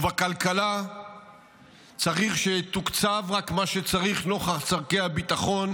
ובכלכלה צריך שיתוקצב רק מה שצריך נוכח צרכי הביטחון,